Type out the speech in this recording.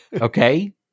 okay